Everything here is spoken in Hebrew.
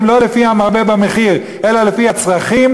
לא לפי המרבה במחיר אלא לפי הצרכים,